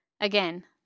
Again